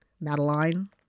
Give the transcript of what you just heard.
Madeline